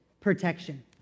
protection